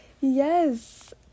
Yes